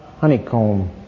honeycomb